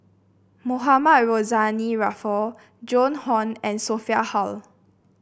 Mohamed Rozani Maarof Joan Hon and Sophia Hull